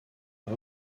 pas